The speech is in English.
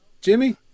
jimmy